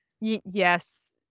yes